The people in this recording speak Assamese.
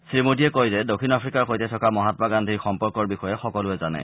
শ্ৰীমোদীয়ে কয় যে দক্ষিণ আফ্ৰিকাৰ সৈতে থকা মহামা গান্ধীৰ সম্পৰ্কৰ বিষয়ে সকলোৱে জানে